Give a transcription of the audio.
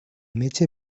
metge